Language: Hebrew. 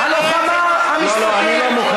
היום הזה, הלוחמה המשפטית, לא לא, אני לא מוכן.